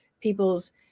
people's